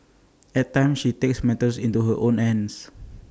at times she takes matters into her own hands